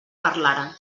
parlara